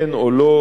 כן או לא,